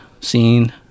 scene